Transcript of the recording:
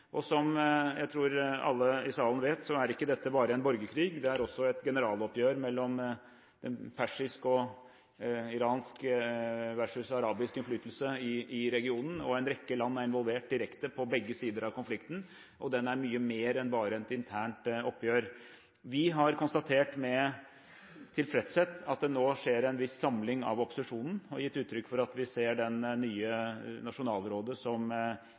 og som jeg tror alle i salen vet, så er ikke dette bare en borgerkrig, det er også et generaloppgjør mellom persisk og iransk versus arabisk innflytelse i regionen. En rekke land er involvert direkte, på begge sider av konflikten, og den er mye mer enn bare et internt oppgjør. Vi har konstatert med tilfredshet at det nå skjer en viss samling av opposisjonen, og gitt uttrykk for at vi ser det nye nasjonalrådet som